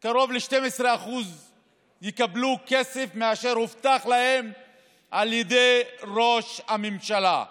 שיקבלו קרוב ל-12% ממה שהובטח להם על ידי ראש הממשלה.